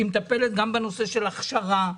היא מטפלת גם בנושא של הכשרה,